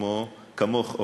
כמוך,